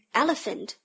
elephant